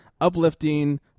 uplifting